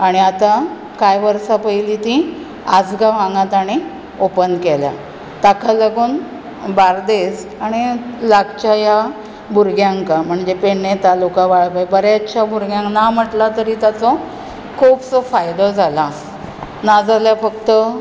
आनी आतां कांय वर्सां पयलीं तीं आसगांव हांगा ताणीं ऑपन केल्या ताका लागून बार्देज आनी लागच्या ह्या भुरग्यांक म्हणजे पेडणे तालुक्याच्या बरेचशे भुरग्यांक ना म्हटलें तरी ताजो खुबसो फायदो जाला ना जाल्यार फक्त